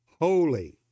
holy